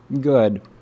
good